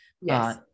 Yes